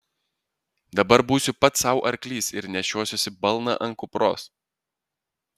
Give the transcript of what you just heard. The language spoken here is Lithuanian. dabar būsiu pats sau arklys ir nešiosiuosi balną ant kupros